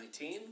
2019